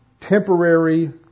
temporary